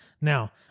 Now